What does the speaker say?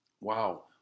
Wow